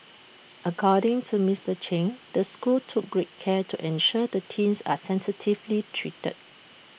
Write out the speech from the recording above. according to Mister Chen the school took great care to ensure the teen are sensitively treated